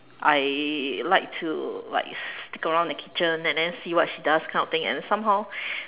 I like to like stick around the kitchen and see what she does and somehow